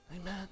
Amen